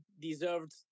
deserved